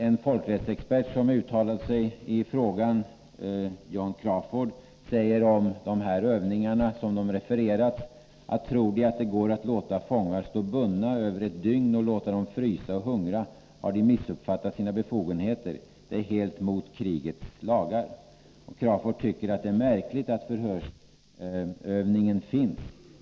En folkrättsexpert som uttalade sig i en tidning i denna fråga, John Crafoord, säger om dessa övningar så som de refererats: ”Tror de att det går att låta fångar stå bundna över ett dygn och låta dem frysa och hungra har de missuppfattat sina befogenheter. Det är helt mot krigets lagar.” Crafoord tycker att det är märkligt att förhörsövningen finns.